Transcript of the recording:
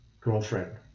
girlfriend